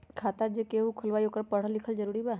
खाता जे केहु खुलवाई ओकरा परल लिखल जरूरी वा?